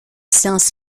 science